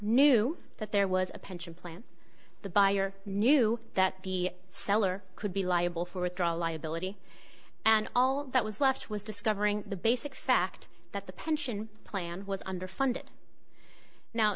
knew that there was a pension plan the buyer knew that the seller could be liable for withdrawal liability and all that was left was discovering the basic fact that the pension plan was underfunded now